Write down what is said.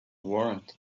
warrant